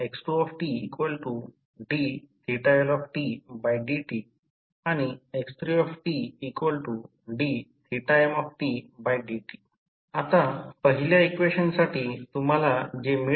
तर आता समजा पहिल्या प्रकरणात या संबंधात जिथे X2 11500 जे प्रथम प्रकरण आहे याचा अर्थ असा आहे की येथे हे एक आहे BC 11500 म्हणजे X2 2 आणि AC 2300 व्होल्ट